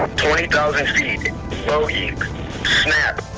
twenty thousand feet bogey snap